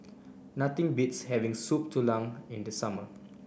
nothing beats having Soup Tulang in the summer